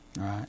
Right